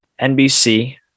NBC